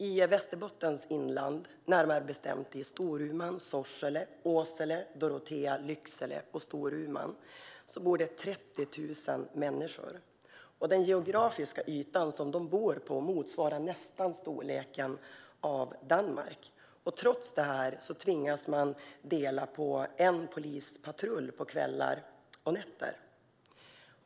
I Västerbottens inland, närmare bestämt i Vilhelmina, Storuman, Sorsele, Åsele, Dorotea och Lycksele, bor det 30 000 människor. Den geografiska ytan som de bor på motsvarar nästan storleken av Danmark. Trots det tvingas de dela på en polispatrull på kvällar och nätter.